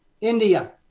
India